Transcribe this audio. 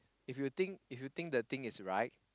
if you think if you think the thing is right